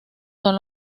son